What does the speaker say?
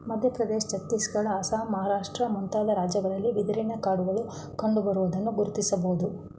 ಮಧ್ಯಪ್ರದೇಶ, ಛತ್ತೀಸ್ಗಡ, ಅಸ್ಸಾಂ, ಮಹಾರಾಷ್ಟ್ರ ಮುಂತಾದ ರಾಜ್ಯಗಳಲ್ಲಿ ಬಿದಿರಿನ ಕಾಡುಗಳು ಕಂಡುಬರುವುದನ್ನು ಗುರುತಿಸಬೋದು